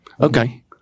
Okay